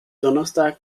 donnerstag